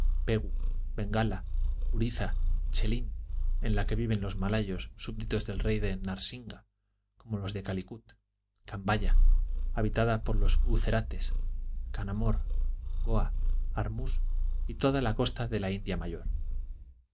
bengala urizza chelim en la que viven los malayos subditos del rey de narsinga como los de calicut cambaya habitada por los bustos camo boa arm y toda la costa de la india mayor